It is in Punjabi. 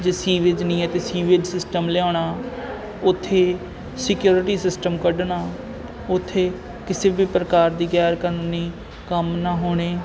ਜੇ ਸੀਵੇਜ ਨਹੀਂ ਏ ਤਾਂ ਸੀਵੇਜ ਸਿਸਟਮ ਲਿਆਉਣਾ ਉੱਥੇ ਸਿਕਿਉਰਿਟੀ ਸਿਸਟਮ ਕੱਢਣਾ ਉੱਥੇ ਕਿਸੇ ਵੀ ਪ੍ਰਕਾਰ ਦੀ ਗੈਰ ਕਾਨੂੰਨੀ ਕੰਮ ਨਾ ਹੋਣੇ